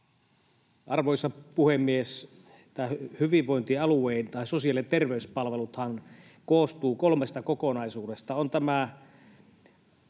Arvoisa puhemies! Sosiaali‑ ja terveyspalveluthan koostuvat kolmesta kokonaisuudesta: